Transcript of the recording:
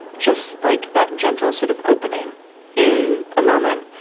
just, like, that gentle, sort of opening in a moment.